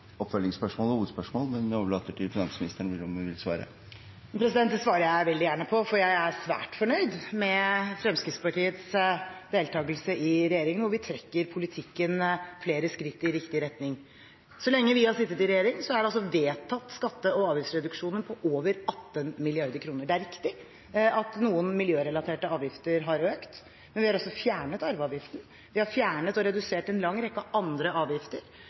oppfølgingsspørsmål og hovedspørsmål. Men jeg overlater til finansministeren om hun vil svare. President, det svarer jeg veldig gjerne på, for jeg er svært fornøyd med Fremskrittspartiets deltagelse i regjering, hvor vi trekker politikken flere skritt i riktig retning. Så lenge vi har sittet i regjering, er det altså vedtatt skatte- og avgiftsreduksjoner på over 18 mrd. kr. Det er riktig at noen miljørelaterte avgifter har økt. Men vi har også fjernet arveavgiften. Vi har fjernet og redusert en lang rekke andre avgifter.